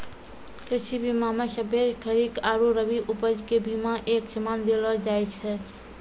कृषि बीमा मे सभ्भे खरीक आरु रवि उपज के बिमा एक समान देलो जाय छै